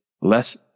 less